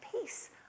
Peace